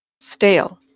Stale